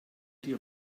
die